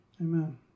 Amen